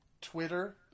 Twitter